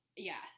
Yes